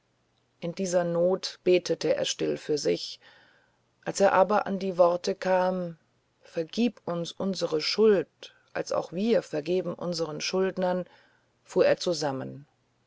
in dieser not betete er still für sich als er aber an die worte kam vergib uns unsere schuld als auch wir vergeben unseren schuldnern fuhr er zusammen